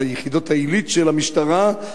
על יחידות העילית של המשטרה,